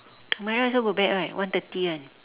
humaira also go back right one thirty kan